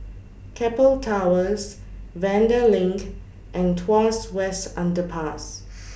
Keppel Towers Vanda LINK and Tuas West Underpass